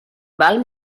val